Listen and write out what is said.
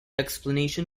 explanation